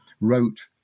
wrote